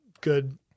Good